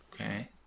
okay